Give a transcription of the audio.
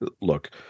look